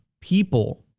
people